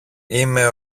είμαι